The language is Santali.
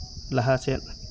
ᱞᱟᱦᱟ ᱥᱮᱫ